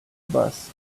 bus